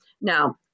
Now